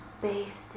based